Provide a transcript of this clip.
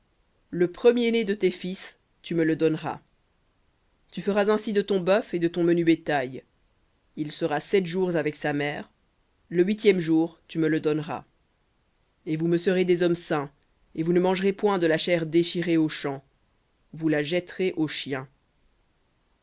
le premier-né de tes fils tu me le donneras tu feras ainsi de ton bœuf et de ton menu bétail il sera sept jours avec sa mère le huitième jour tu me le donneras et vous me serez des hommes saints et vous ne mangerez point de la chair déchirée aux champs vous la jetterez aux chiens